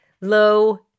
low